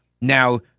Now